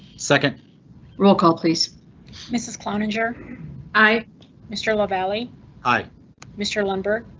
second roll call please mrs cloninger i mr lavalley hi mr lumber.